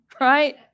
Right